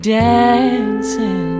dancing